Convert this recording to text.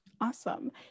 Awesome